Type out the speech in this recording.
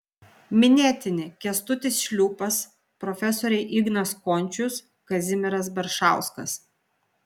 minėtini kęstutis šliūpas profesoriai ignas končius kazimieras baršauskas